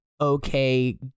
okay